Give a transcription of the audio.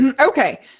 okay